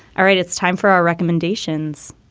all right. it's time for our recommendations.